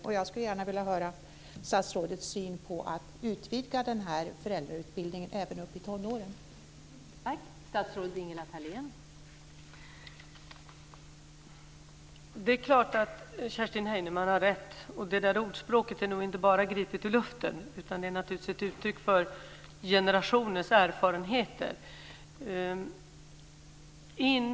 Jag skulle vilja höra statsrådets syn på att utvidga föräldrautbildningen till tonårsföräldrar.